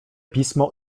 pismo